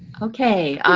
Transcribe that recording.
okay.